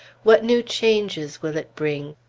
what new changes will it bring?